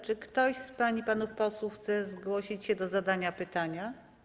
Czy ktoś z pań i panów posłów chce zgłosić się do zadania pytania?